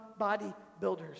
bodybuilders